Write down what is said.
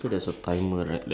because here no